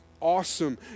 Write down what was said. Awesome